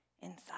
inside